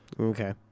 okay